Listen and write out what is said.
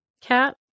Cat